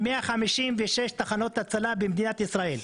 156 תחנות הצלה במדינת ישראל.